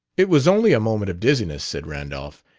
it was only a moment of dizziness, said randolph.